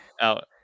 out